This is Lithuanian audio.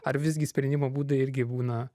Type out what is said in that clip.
ar visgi sprendimo būdai irgi būna